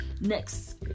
next